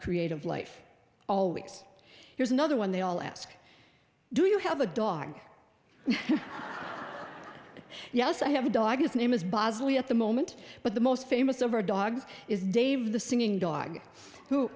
creative life always here's another one they all ask do you have a dog yes i have a dog his name is bosley at the moment but the most famous of our dogs is dave the singing dog who